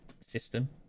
system